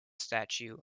statue